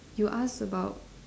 you ask about